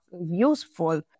useful